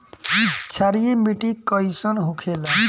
क्षारीय मिट्टी कइसन होखेला?